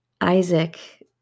Isaac